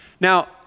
Now